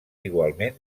igualment